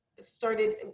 started